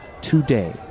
today